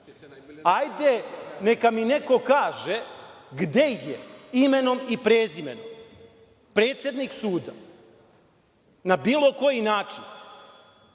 Hajde, neka mi neko kaže gde je, imenom i prezimenom, predsednik suda na bilo koji način